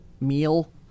meal